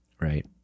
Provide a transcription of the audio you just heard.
Right